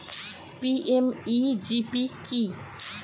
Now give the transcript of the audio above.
PMEGP কি?